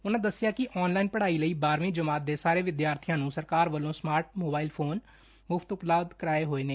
ਉਨਾਂ ਦੱਸਿਆ ਕਿ ਆਨਲਾਇਨ ਪੜਾਈ ਲਈ ਬਾਰੂਵੀ ਜਮਾਤ ਦੇ ਸਾਰੇ ਵਿਦਿਆਰਬੀਆਂ ਨੂੰ ਸਰਕਾਰ ਵਲੋਂ ਸਮਾਰਟ ਮੋਬਾਇਲ ਫੋਨ ਮੁਫਤ ਊਪਲਭਧ ਕਰਵਾਏ ਹੋਏ ਨੇ